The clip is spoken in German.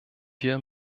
wir